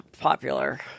popular